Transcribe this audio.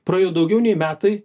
praėjo daugiau nei metai